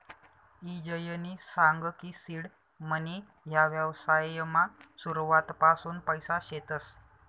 ईजयनी सांग की सीड मनी ह्या व्यवसायमा सुरुवातपासून पैसा शेतस